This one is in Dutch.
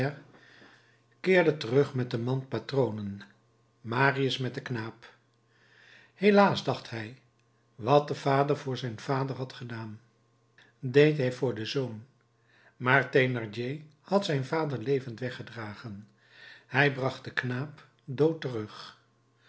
keerde terug met de mand patronen marius met den knaap helaas dacht hij wat de vader voor zijn vader had gedaan deed hij voor den zoon maar thénardier had zijn vader levend weggedragen hij bracht den knaap dood terug